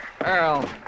Earl